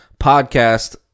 podcast